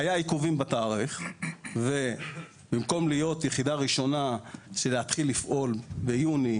היו עיכובים בתאריך ובמקום להיות יחידה ראשונה ולהתחיל לפעול ביוני,